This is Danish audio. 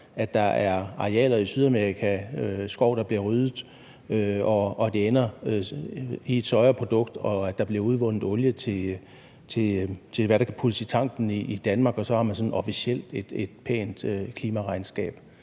at der er arealer i Sydamerika med skov, der bliver ryddet, hvor det ender i et sojaprodukt, og forhindre, at der bliver udvundet olie til, hvad der kan puttes i tanken i Danmark, så man sådan officielt har et pænt klimaregnskab?